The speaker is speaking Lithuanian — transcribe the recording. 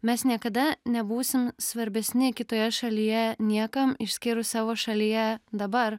mes niekada nebūsim svarbesni kitoje šalyje niekam išskyrus savo šalyje dabar